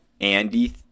Andy